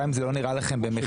גם אם זה לא נראה לכם במחטף,